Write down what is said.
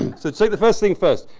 and so, let's take the first thing first.